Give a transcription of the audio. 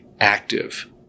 active